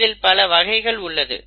இதில் பல வகைகள் உள்ளது